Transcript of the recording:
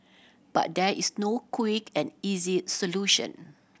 but there is no quick and easy solution